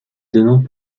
donnant